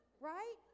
right